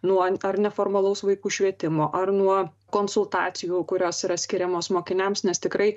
nuo ar neformalaus vaikų švietimo ar nuo konsultacijų kurios yra skiriamos mokiniams nes tikrai